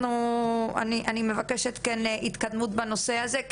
אז אני מבקשת כן לראות התקדמות בנושא הזה.